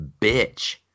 bitch